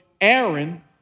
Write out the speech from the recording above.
Aaron